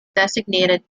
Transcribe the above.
designated